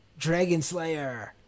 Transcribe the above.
Dragonslayer